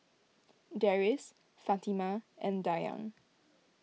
Deris Fatimah and Dayang